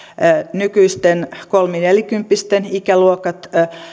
nykyisten kolme nelikymppisten ikäluokat